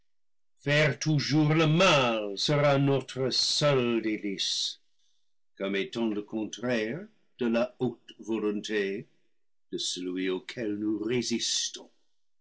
faire toujours le mal sera notre seul délice comme étant le contraire de la haute volonté de celui au quel nous résistons